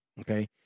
okay